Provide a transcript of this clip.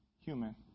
human